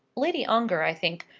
lady ongar, i think,